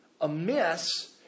amiss